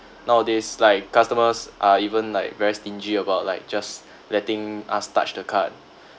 nowadays like customers are even like very stingy about like just letting us touch the card